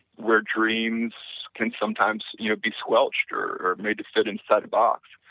where dreams can sometimes you know be squelched or or made to fit inside a box.